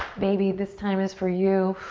baby. this time is for you.